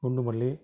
குண்டுமல்லி